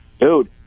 dude